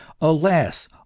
Alas